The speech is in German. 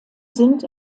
sind